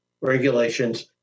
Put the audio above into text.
regulations